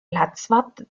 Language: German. platzwart